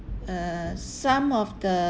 uh some of the